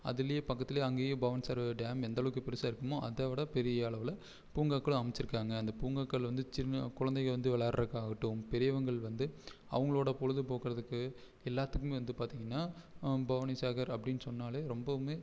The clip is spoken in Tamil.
அதுலையே பக்கத்துல அங்கேயே பவானி சாகர் டேம் எந்த அளவுக்கு பெருசாக இருக்குமோ அதை விட பெரிய அளவில் பூங்காக்களும் அமைச்சிருக்காங்க அந்த பூங்காக்கள் வந்து சின்ன குழந்தைங்க வந்து விளையாடுறக்காகட்டும் பெரியவங்கள் வந்து அவங்களோட பொழுதுபோக்கறதுக்கு எல்லாத்துக்குமே வந்து பார்த்திங்கனா பவானி சாகர் அப்படின்னு சொன்னாலே ரொம்பவுமே